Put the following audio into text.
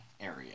area